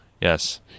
yes